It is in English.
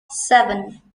seven